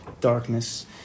Darkness